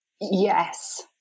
yes